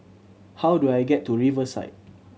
how do I get to Riverside